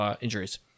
injuries